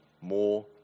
more